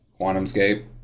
QuantumScape